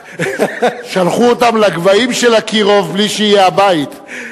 שלחו אותם לגבהים של "אקירוב" בלי שיהיה הבית.